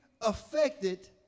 affected